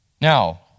Now